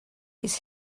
his